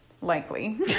likely